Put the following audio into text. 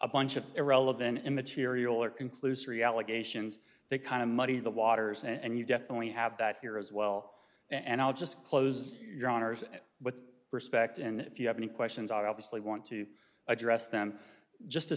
a bunch of irrelevant immaterial or conclusory allegations they kind of muddy the waters and you definitely have that here as well and i'll just close your honour's with respect and if you have any questions i obviously want to address them just to